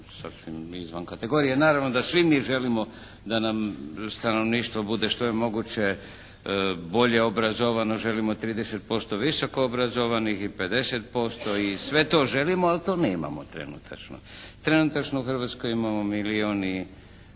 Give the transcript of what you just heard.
izvan kategorije, naravno da svi mi želimo da nam stanovništvo bude što je moguće bolje obrazovano, želimo 30% visoko obrazovanih i 50% i sve to želimo, ali to nemamo trenutačno. Trenutačno u hrvatskoj imamo milijun